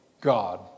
God